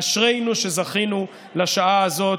אשרינו שזכינו לשעה הזאת".